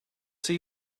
see